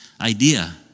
idea